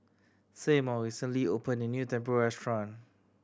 Seymour recently opened a new Tempura restaurant